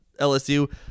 lsu